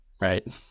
Right